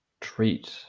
treat